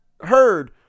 heard